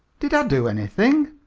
did i do anything?